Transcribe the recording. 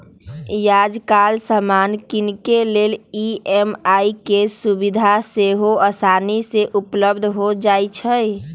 याजकाल समान किनेके लेल ई.एम.आई के सुभिधा सेहो असानी से उपलब्ध हो जाइ छइ